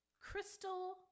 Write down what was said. Crystal